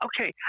Okay